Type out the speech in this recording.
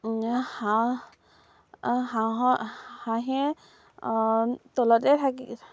হাঁহ হাঁহৰ হাঁহে তলতে থাকি